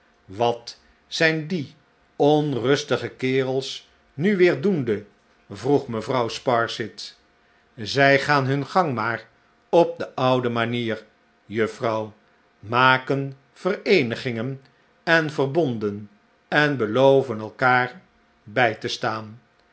wat zijn die onrustige kerels nu weer doende vroeg mevrouw sparsit zij gaan hun gang maar op de oude manier juffrouw maken vereenigingen en verbonden en beloven elkander bij te staan